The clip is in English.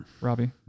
Robbie